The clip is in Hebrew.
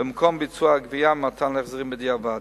במקום ביצוע הגבייה ומתן החזרים בדיעבד.